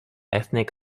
ethnic